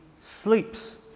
sleeps